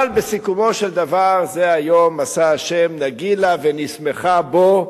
אבל בסיכומו של דבר זה היום עשה השם נגילה ונשמחה בו.